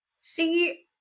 See